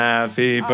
Happy